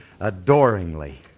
adoringly